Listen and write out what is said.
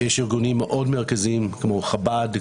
יש ארגונים מאוד מרכזיים כמו חב"ד,